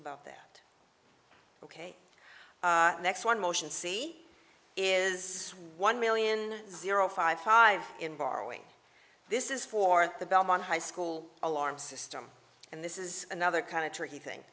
about that ok next one motion c is one million zero five five in borrowing this is for the belmont high school alarm system and this is another kind of tricky thing